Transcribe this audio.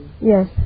Yes